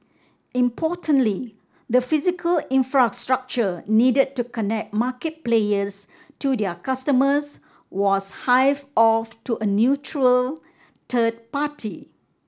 importantly the physical infrastructure needed to connect market players to their customers was hived off to a neutral third party